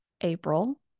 April